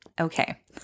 Okay